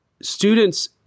students